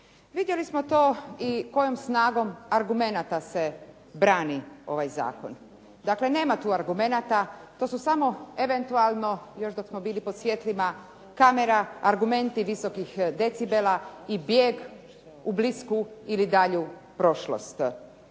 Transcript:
Vidjeli smo to i kojom snagom argumenata se brani ovaj zakon. Dakle, nema tu argumenata. To su samo eventualno još dok smo bili pod svjetlima kamera argumenti visokih decibela i bijeg u blisku ili dalju prošlost,